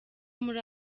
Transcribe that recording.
muri